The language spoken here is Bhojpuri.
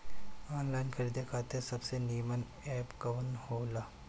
आनलाइन खरीदे खातिर सबसे नीमन एप कवन हो ला?